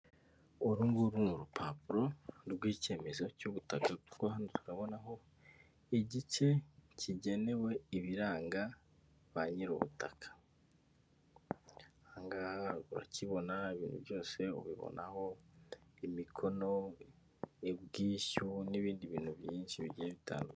Uru nguru ni urupapuro rw'icyemezo cy'ubutaka, kuko hano turabonaho igice kigenewe ibiranga ba nyir'ubutaka. Ahangaha urakibona ibintu byose ubibonaho, imikono, ubwishyu n'ibindi bintu byinshi bigiye bitandukanye.